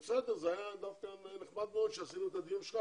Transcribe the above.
היה נחמד מאוד שקיימנו את הדיון על העיר שלך